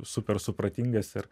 super supratingas ir